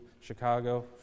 Chicago